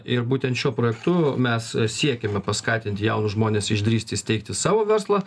ir būtent šiuo projektu mes siekėme paskatinti jaunus žmones išdrįsti įsteigti savo verslą